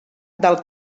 del